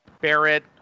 Barrett